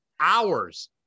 hours